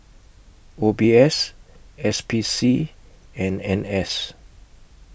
O B S S P C and N S